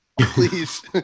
please